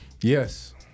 Yes